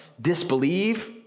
disbelieve